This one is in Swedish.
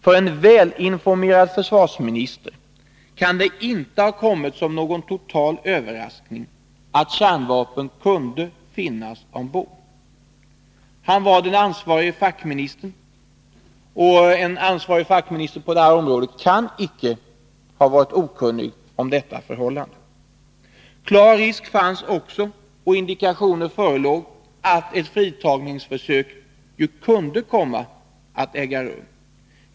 För en välinformerad försvarsminister kan det inte ha kommit som någon total överraskning att kärnvapen kunde finnas ombord. Han var den ansvarige fackministern, och han kan som sådan inte ha varit okunnig om detta förhållande. Det fanns också klar risk för och indikationer på att fritagningsförsök kunde komma att äga rum.